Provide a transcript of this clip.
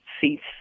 seats